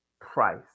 price